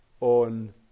on